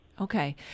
Okay